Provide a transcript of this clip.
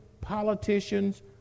politicians